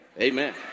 Amen